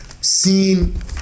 seen